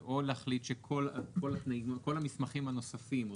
או להחליט שכל המסמכים הנוספים או